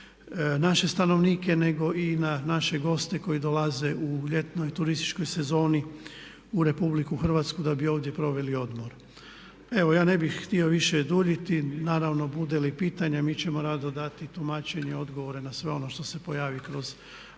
naše stanovnike nego i na naše goste koji dolaze u ljetnoj, turističkoj sezoni u RH da bi ovdje proveli odmor. Evo ja ne bih htio više duljiti. Naravno bude li pitanja mi ćemo rado dati tumačenja, odgovore na sve ono što se pojavi kroz ovu